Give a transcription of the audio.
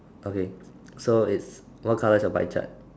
okay so it's what colour is your pie chart